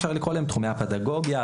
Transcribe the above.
תחומי הפדגוגיה,